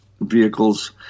vehicles